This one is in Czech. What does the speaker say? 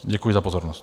Děkuji za pozornost.